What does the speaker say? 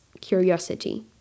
curiosity